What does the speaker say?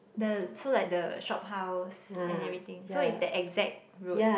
the so like the shop house and everything so is that exact road